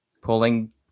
pulling